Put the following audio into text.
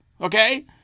Okay